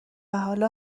حالا